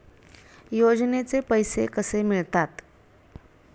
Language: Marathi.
योजनेचे पैसे कसे मिळतात?